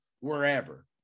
Wherever